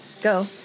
Go